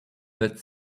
that